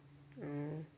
mm